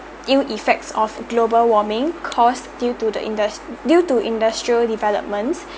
ill effects of global warming caused due to the indus~ due to industrial developments